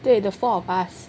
对 the four of us